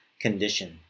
condition